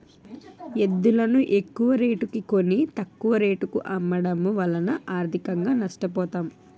ఎద్దులును ఎక్కువరేటుకి కొని, తక్కువ రేటుకు అమ్మడము వలన ఆర్థికంగా నష్ట పోతాం